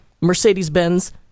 Mercedes-Benz